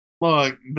Look